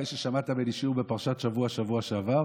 אחרי ששמעת ממני שיעור בפרשת השבוע בשבוע שעבר.